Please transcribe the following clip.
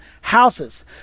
houses